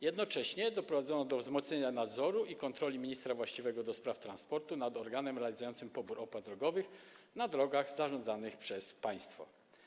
Jednocześnie doprowadzono do wzmocnienia nadzoru i kontroli ministra właściwego do spraw transportu nad organem realizującym pobór opłat drogowych na drogach zarządzanych przez państwo.